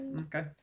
Okay